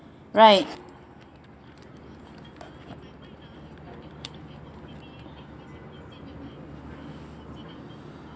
right